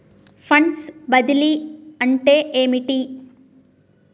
Funds బదిలీ అంటే ఏమిటి?